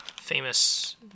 famous